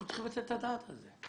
אנחנו צריכים לתת את הדעת על זה.